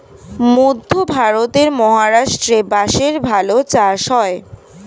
মধ্যে ভারতের মহারাষ্ট্রে বাঁশের ভালো চাষ হয়